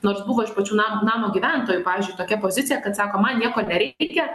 nors buvo iš pačių nam namo gyventojų pavyzdžiui tokia pozicija kad sako man nieko nereikia